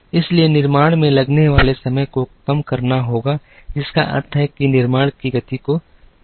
इसलिए निर्माण में लगने वाले समय को कम करना होगा जिसका अर्थ है कि निर्माण की गति को बढ़ाना है